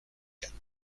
quatre